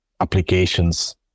applications